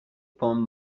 پام